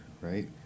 right